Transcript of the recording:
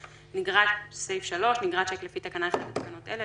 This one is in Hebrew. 3.נגרע שיק לפי תקנה 1 לתקנות אלה,